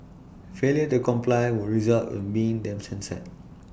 failure to comply would result A mean then sin said